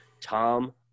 Tom